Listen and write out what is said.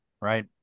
right